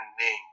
name